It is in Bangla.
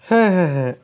হ্যাঁ হ্যাঁ হ্যাঁ